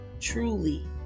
truly